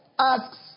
asks